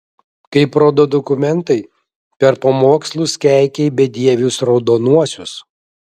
kaip rodo dokumentai per pamokslus keikei bedievius raudonuosius